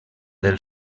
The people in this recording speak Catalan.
del